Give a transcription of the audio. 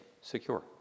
secure